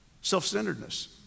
self-centeredness